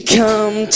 come